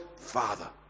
father